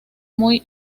muy